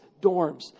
dorms